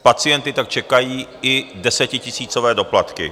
Pacienty tak čekají i desetitisícové doplatky.